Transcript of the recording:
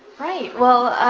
right. well